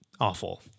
awful